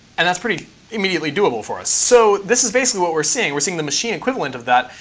and that's pretty immediately doable for us. so this is basically what we're seeing. we're seeing the machine equivalent of that.